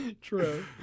True